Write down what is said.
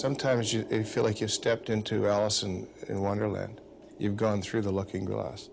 sometimes you feel like you've stepped into alice in wonderland you've gone through the looking glass